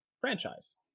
franchise